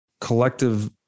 collective